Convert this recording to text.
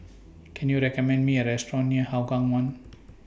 Can YOU recommend Me A Restaurant near Hougang one